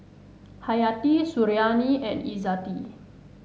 Hayati Suriani and Izzati